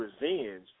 revenge